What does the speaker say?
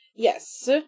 Yes